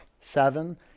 seven